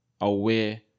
aware